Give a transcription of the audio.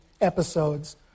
episodes